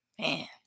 Man